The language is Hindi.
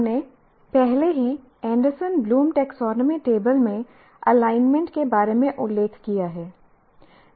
हमने पहले ही एंडरसन ब्लूम टैक्सोनॉमी टेबल में एलाइनमेंट के बारे में उल्लेख किया है